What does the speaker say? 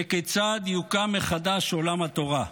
וכיצד יוקם מחדש עולם התורה.